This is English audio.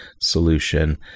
solution